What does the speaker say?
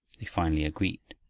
they finally agreed,